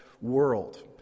world